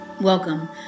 Welcome